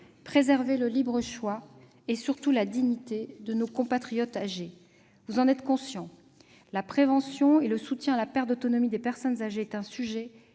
préserver le libre choix et surtout la dignité de nos compatriotes âgés. Vous en êtes conscients : la prévention de la perte d'autonomie des personnes âgées et le soutien